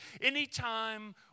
Anytime